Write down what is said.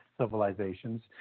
civilizations